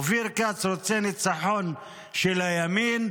אופיר כץ רוצה ניצחון של הימין,